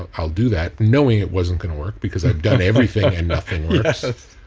ah i'll do that, knowing it wasn't going to work because i've done everything and nothing